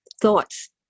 thoughts